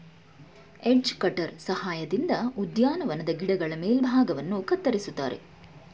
edge cutter ಸಹಾಯದಿಂದ ಉದ್ಯಾನವನದ ಗಿಡಗಳ ಮೇಲ್ಭಾಗವನ್ನು ಕತ್ತರಿಸುತ್ತಾರೆ